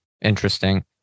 Interesting